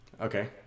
Okay